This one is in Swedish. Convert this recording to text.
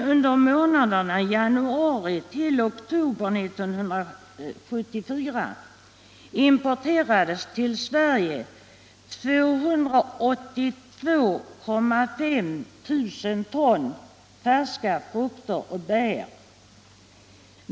Under månaderna januari t.o.m. oktober 1974 importerades dock till Sverige 282 500 ton färska frukter och bär.